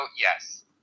yes